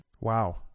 Wow